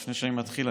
לפני שאני מתחיל,